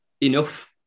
enough